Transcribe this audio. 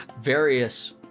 various